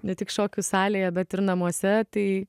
ne tik šokių salėje bet ir namuose tai